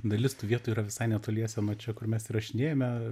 dalis tų vietų yra visai netoliese nuo čia kur mes įrašinėjame